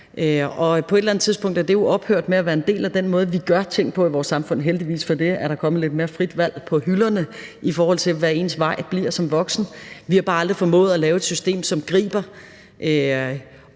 på et eller andet tidspunkt er det jo ophørt med at være en del af den måde, vi gør ting på i vores samfund – og heldigvis for det. Der er kommet lidt mere frit valg på hylderne, i forhold til hvad ens vej bliver som voksen. Vi har bare aldrig formået at lave et system, som griber